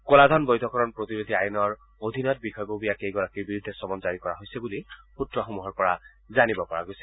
ক'লাধন বৈধকৰণ প্ৰতিৰোধী আইনৰ অধীনত বিষয়ববীয়াকেইগৰাকীৰ বিৰুদ্ধে চমন জাৰি কৰা হৈছে বুলি সূত্ৰসমূহৰ পৰা জানিব পৰা গৈছে